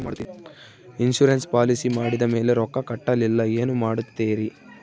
Insurance policy ಮಾಡಿದ ಮೇಲೆ ರೊಕ್ಕ ಕಟ್ಟಲಿಲ್ಲ ಏನು ಮಾಡುತ್ತೇರಿ?